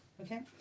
Okay